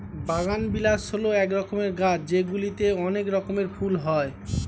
বাগানবিলাস হল এক রকমের গাছ যেগুলিতে অনেক রঙের ফুল হয়